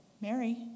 Mary